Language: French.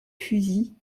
fusils